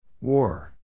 War